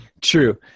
true